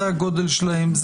זה הגודל שלהם,